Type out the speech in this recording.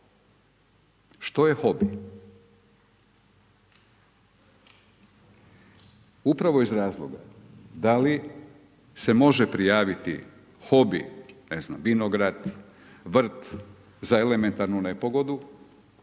Što je hobi. Upravo iz razloga da i se može prijaviti hobi, ne znam, vinograd, vrt, za elementarnu nepogodu